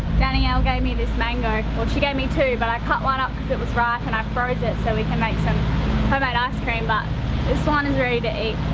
daniele gave me this mango. well, she gave me two, but i cut one up cause it was ripe and i froze it so we can make some homemade ice-cream, but this one is ready to